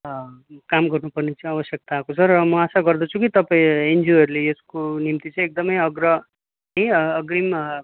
काम गर्नुपर्ने चाहिँ अवश्यक्ता आएको छ र म आशा गर्दछु कि तपाईँ एनजिओहरूले यसको निम्ति चाहिँ एकदमै अग्र अग्रिम